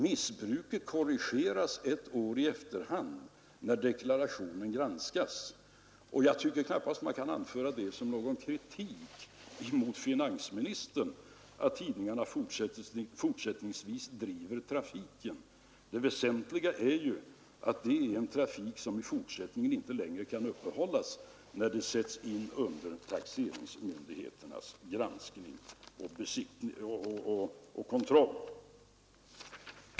Missbruket korrigeras ett år i efterhand när deklarationen granskas. Jag tycker knappast att man kan anföra det som någon kritik mot finansministern att tidningarna fortsättningsvis driver denna trafik. Det väsentliga är ju att den i fortsättningen inte längre kan uppehållas när deklarationerna sätts under taxeringsmyndigheternas granskning och kontroll.